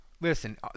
Listen